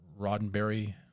Roddenberry